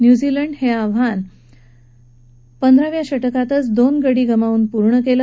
New Zealand हे आव्हान पंधराव्या षटकातच दोन गडी गमावून पूर्ण केलं